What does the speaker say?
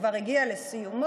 כבר הגיע לסיומו.